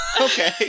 okay